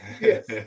Yes